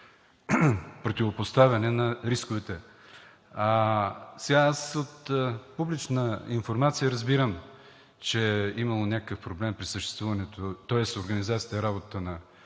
противопоставяне на рисковете. Аз от публична информация разбирам, че е имало някакъв проблем при съществуването, тоест организацията и работата на